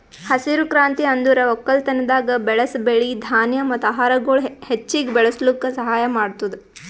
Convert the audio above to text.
ಹಸಿರು ಕ್ರಾಂತಿ ಅಂದುರ್ ಒಕ್ಕಲತನದಾಗ್ ಬೆಳಸ್ ಬೆಳಿ, ಧಾನ್ಯ ಮತ್ತ ಆಹಾರಗೊಳ್ ಹೆಚ್ಚಿಗ್ ಬೆಳುಸ್ಲುಕ್ ಸಹಾಯ ಮಾಡ್ತುದ್